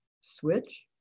Switch